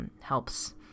helps